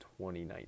2019